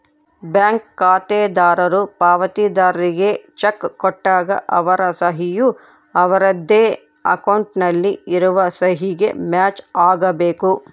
bank ಖಾತೆದಾರರು ಪಾವತಿದಾರ್ರಿಗೆ cheque ಕೊಟ್ಟಾಗ ಅವರ ಸಹಿ ಯು ಅವರದ್ದೇ ಅಕೌಂಟ್ ನಲ್ಲಿ ಇರುವ ಸಹಿಗೆ ಮ್ಯಾಚ್ ಆಗಬೇಕು